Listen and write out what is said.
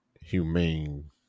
humane